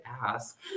ask